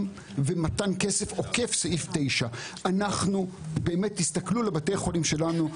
ומתן כסף עוקף סעיף 9. תסתכלו על בתי החולים שלנו,